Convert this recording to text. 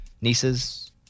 niece's